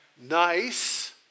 nice